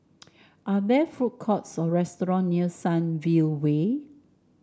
are there food courts or restaurant near Sunview Way